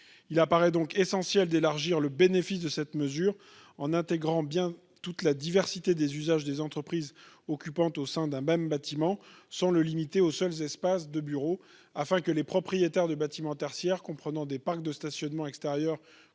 Il apparaît donc essentiel d'élargir le bénéfice de cette mesure, en intégrant toute la diversité des usages des entreprises occupantes au sein d'un même bâtiment, sans la limiter aux seuls espaces de bureaux, afin que les propriétaires de bâtiments tertiaires comprenant des parcs de stationnement extérieur